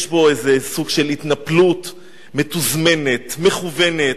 יש בו סוג של התנפלות מתוזמנת, מכוונת,